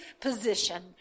position